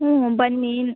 ಹ್ಞೂ ಬನ್ನಿ